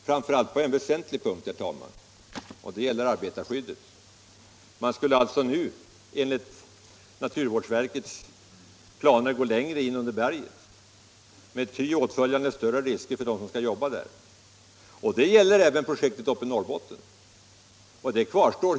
Framför allt gällde detta på en väsentlig punkt, nämligen arbetarskyddet. Man skulle nu enligt naturvårdsverkets planer gå längre in under berget med ty åtföljande större risker för dem som skall jobba där. Och det gäller även projektet i Norrbotten.